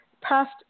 past